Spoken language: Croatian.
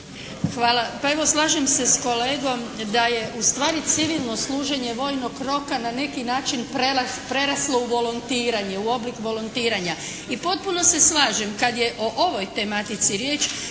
Hvala. Pa evo slažem se sa kolegom da je u stvari civilno služenje vojnog roka na neki način preraslo u volontiranje, u oblik volontiranja i potpuno se slažem kad je o ovoj tematici riječ